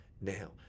now